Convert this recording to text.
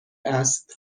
است